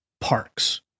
parks